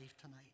tonight